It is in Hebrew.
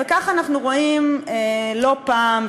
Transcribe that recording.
וכך אנחנו רואים לא פעם,